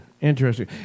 Interesting